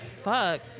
fuck